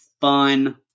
fun